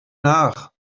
nach